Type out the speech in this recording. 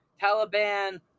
Taliban